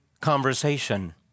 conversation